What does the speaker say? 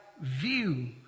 view